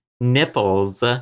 nipples